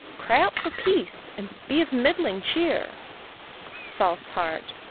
cry out for peace, and be of middling cheer false heart!